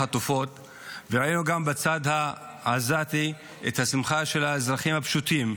וראינו גם בצד העזתי את השמחה של האזרחים הפשוטים,